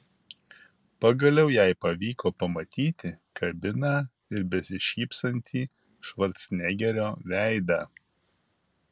pagaliau jai pavyko pamatyti kabiną ir besišypsantį švarcnegerio veidą